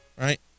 right